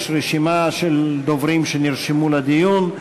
יש רשימה של דוברים שנרשמו לדיון.